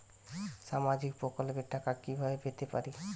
সামাজিক প্রকল্পের টাকা কিভাবে পেতে পারি?